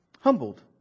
Humbled